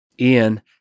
Ian